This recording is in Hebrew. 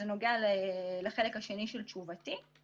זה נוגע לחלק השני של תשובתי,